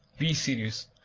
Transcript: be serious.